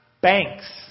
Banks